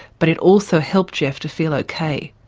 but it also helped geoff to feel ok.